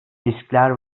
riskler